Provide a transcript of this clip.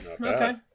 Okay